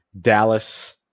Dallas